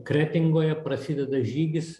kretingoje prasideda žygis